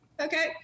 okay